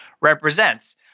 represents